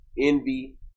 envy